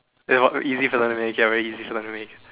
easy very easy